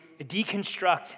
deconstruct